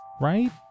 right